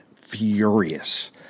furious